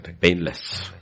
painless